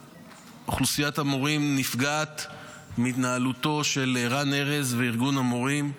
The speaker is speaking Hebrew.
אוכלוסיית המורים נפגעת מהתנהלותם של רן ארז וארגון המורים,